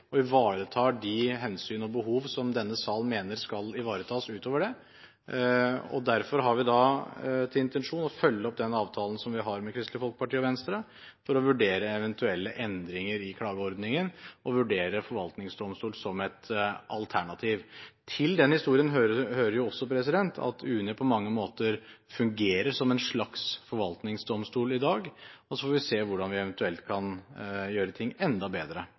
og ivaretar de hensyn og behov som denne salen mener skal ivaretas utover det. Derfor har vi til intensjon å følge opp den avtalen som vi har med Kristelig Folkeparti og Venstre, for å vurdere eventuelle endringer i klageordningen og vurdere forvaltningsdomstol som et alternativ. Til den historien hører jo også at UNE på mange måter fungerer som en slags forvaltningsdomstol i dag. Så får vi se hvordan vi eventuelt kan gjøre ting enda bedre